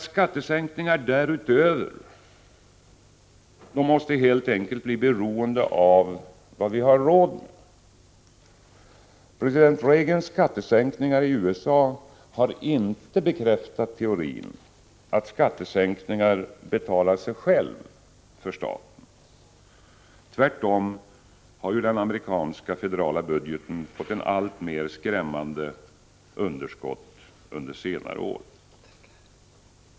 Skattesänkningar därutöver måste helt enkelt bli beroende av vad vi har råd med. President Reagans skattesänkningar i USA har inte bekräftat teorin att skattesänkningar betalar sig själva för staten. Tvärtom har ju den amerikanska federala budgeten fått allt mer skrämmande underskott under senare år.